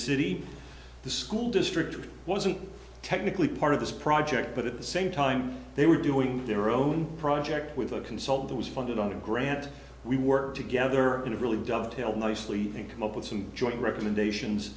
city the school district which wasn't technically part of this project but at the same time they were doing their own project with a consult that was funded on a grant we work together and it really dove tail nicely and came up with some joint recommendations